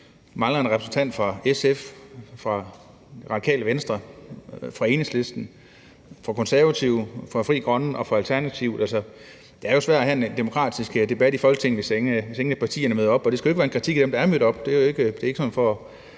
så mangler en repræsentant fra SF, fra Radikale Venstre, fra Enhedslisten, fra Konservative, fra Frie Grønne og fra Alternativet. Altså, det er svært at have en demokratisk debat i Folketinget, hvis ingen af partierne møder op. Og det skal jo ikke være en kritik af dem, der er mødt op